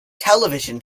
television